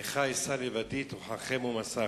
איכה אשא לבדי טורחכם ומשאכם.